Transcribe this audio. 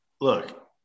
look